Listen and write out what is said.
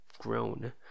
grown